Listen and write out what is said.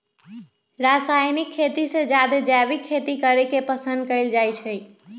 रासायनिक खेती से जादे जैविक खेती करे के पसंद कएल जाई छई